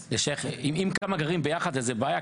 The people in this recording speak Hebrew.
אם כמה חיים ביחד אז זאת בעיה,